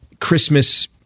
Christmas